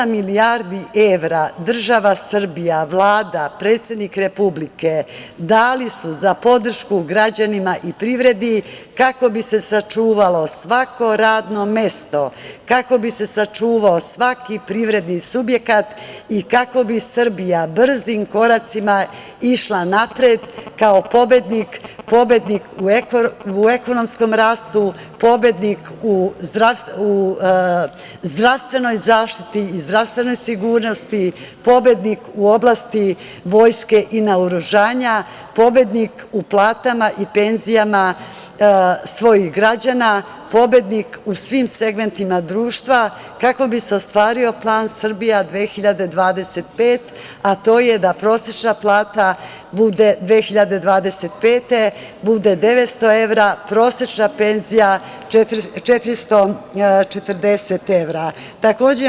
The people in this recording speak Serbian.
Osam milijardi evra država Srbija, Vlada, predsednik Republike, dali su za podršku građanima i privredi, kako bi se sačuvalo svako radno mesto, kako bi se sačuvao svaki privredni subjekat i kako bi Srbija brzim koracima išla napred, kao pobednik, pobednik u ekonomskom rastu, pobednik u zdravstvenoj zaštiti i zdravstvenoj sigurnosti, pobednik u oblasti vojske i naoružanja, pobednik u platama i penzijama svojih građana, pobednik u svim segmentima društva, kako bi se ostvario plan „Srbija 2025“, a to je da prosečna plata bude 2025. godine 900 evra a prosečna penzija 440 evra.